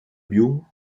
lion